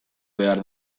behar